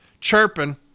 chirping